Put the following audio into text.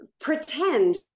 pretend